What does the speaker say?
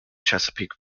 chesapeake